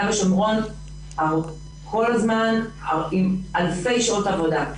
ושומרון כל הזמן ומדובר באלפי שעות עבודה.